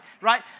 right